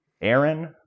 Aaron